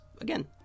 again